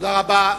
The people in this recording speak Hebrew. תודה רבה.